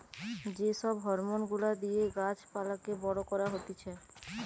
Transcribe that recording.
যে সব হরমোন গুলা দিয়ে গাছ পালাকে বড় করা হতিছে